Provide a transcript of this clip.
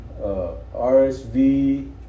RSV